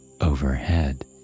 Overhead